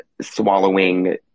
swallowing